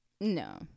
No